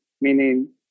meaning